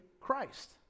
Christ